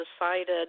decided